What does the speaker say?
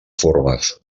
formes